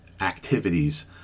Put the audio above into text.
activities